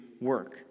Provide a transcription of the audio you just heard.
work